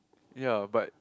ya but